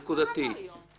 מה קרה לו היום?